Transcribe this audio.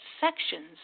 sections